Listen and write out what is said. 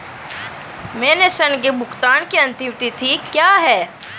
मेरे ऋण के भुगतान की अंतिम तिथि क्या है?